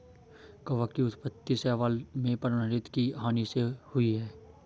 कवक की उत्पत्ति शैवाल में पर्णहरित की हानि होने से हुई है